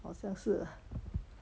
好像是